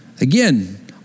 Again